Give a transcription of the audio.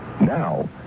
Now